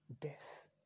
Death